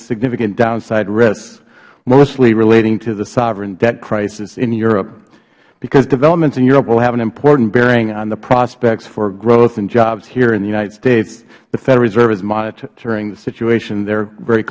significant downside risks mostly relating to the sovereign debt crisis in europe because developments in europe will have an important bearing on the prospects for growth and jobs here in the united states the federal reserve is monitoring the situation there very